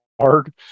hard